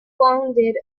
founded